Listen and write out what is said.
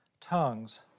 tongues